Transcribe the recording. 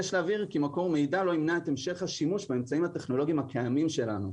הערכה לאנשי המקצוע שנמצאים כאן כל היום וכל הלילה.